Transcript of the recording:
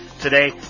Today